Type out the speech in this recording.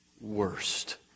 worst